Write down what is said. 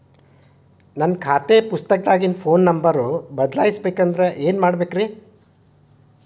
ನನ್ನ ಖಾತೆ ಪುಸ್ತಕದಾಗಿನ ಫೋನ್ ನಂಬರ್ ಬದಲಾಯಿಸ ಬೇಕಂದ್ರ ಏನ್ ಮಾಡ ಬೇಕ್ರಿ?